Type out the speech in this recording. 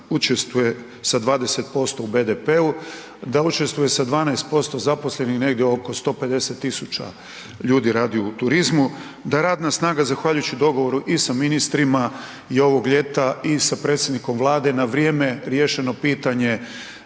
učestvuje sa 20% u BDP-u, da učestvuje sa 12% zaposlenih negdje oko 150 tisuća ljudi radi u turizmu, da radna snaga zahvaljujući dogovoru i sa ministrima ovog ljeta i sa predsjednikom Vlade na vrijeme riješeno pitanje